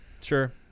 Sure